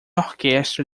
orquestra